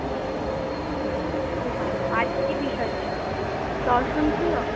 বাংলা ভালো হয়েছে বেশ বেশ খুব ভালো আর কী কী বিষয় ছিল দর্শণ ছিল